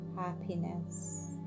happiness